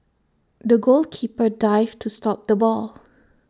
the goalkeeper dived to stop the ball